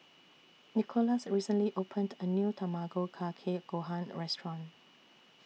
Nicolas recently opened A New Tamago Kake Gohan Restaurant